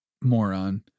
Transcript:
Moron